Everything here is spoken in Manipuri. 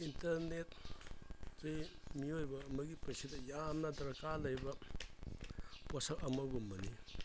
ꯏꯟꯇꯔꯅꯦꯠꯁꯤ ꯃꯤꯑꯣꯏꯕ ꯑꯃꯒꯤ ꯄꯨꯟꯁꯤꯗ ꯌꯥꯝꯅ ꯗꯔꯀꯥꯔ ꯂꯩꯕ ꯄꯣꯠꯁꯛ ꯑꯃꯒꯨꯝꯕꯅꯤ